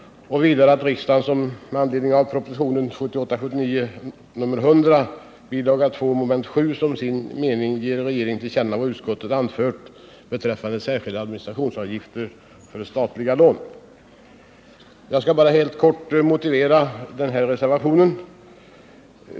Vidare yrkar vi att riksdagen med anledning av propositionen 1978/79:100 bil. 2 mom. 7 som sin mening ger regeringen till känna vad utskottet anfört beträffande särskilda administrationsavgifter för statliga lån. Jag skall bara helt kort motivera reservationen.